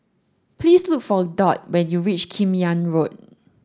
please look for Dot when you reach Kim Yam Road